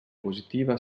positiva